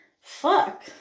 fuck